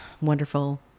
wonderful